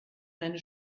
seine